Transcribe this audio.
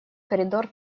коридор